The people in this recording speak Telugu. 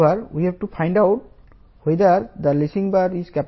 1 N కాబట్టి లేసింగ్ బార్ సురక్షితం